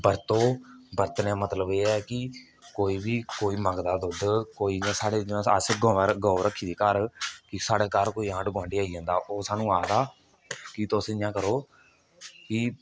बरतो बरतने दा मतलब एह् ऐ कि कोई बी कोई मंगदा दुद्ध कोई इ'यां साढ़े जियां अस गवां गौ रक्खी दी घर कि साढ़े घर कोई आंढ गुआंढी आई जंदा ओह् सानूं आखदा कि तुस इ'यां करो कि